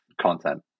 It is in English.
content